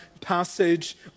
passage